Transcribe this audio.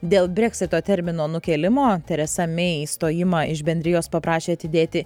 dėl breksito termino nukėlimo teresa mei išstojimą iš bendrijos paprašė atidėti